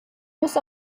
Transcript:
muss